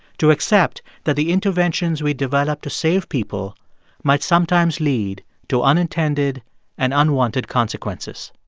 to accept that the interventions we develop to save people might sometimes lead to unintended and unwanted consequences